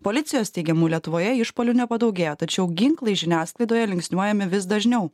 policijos teigimu lietuvoje išpuolių nepadaugėjo tačiau ginklai žiniasklaidoje linksniuojami vis dažniau